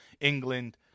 England